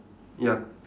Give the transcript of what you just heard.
ya